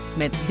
met